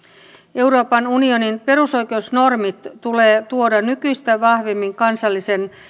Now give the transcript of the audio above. euroopan unionin perusoikeusnormit tulee tuoda nykyistä vahvemmin kansallisen